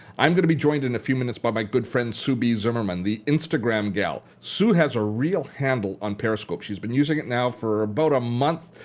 i'm going to be joined in a few minutes by my good friend, sue b. zimmerman, the instagram gal. sue has real handle on periscope. she's been using it now for about a month.